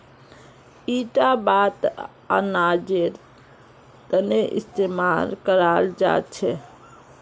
इटा बात अनाजेर तने इस्तेमाल कराल जा छे